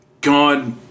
God